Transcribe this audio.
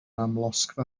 amlosgfa